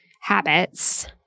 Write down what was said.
habits